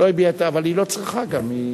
לא הביעה, אבל היא לא צריכה, גם.